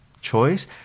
choice –